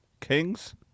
Kings